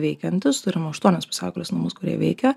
veikiantys ir nu aštuonis pusiaukelės namus kurie veikia